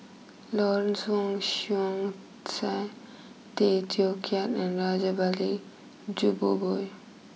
Lawrence Wong Shyun Tsai Tay Teow Kiat and Rajabali Jumabhoy